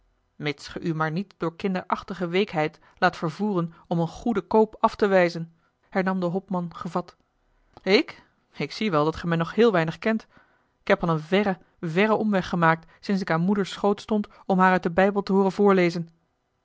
ge u maar niet door kinderachtige weekhartigheid laat vervoeren om een goeden koop af te wijzen hernam de hopman gevat ik ik zie wel dat gij mij nog heel weinig kent ik heb al een verren verren omweg gemaakt sinds ik aan moeders schoot stond om haar uit den bijbel te hooren voorlezen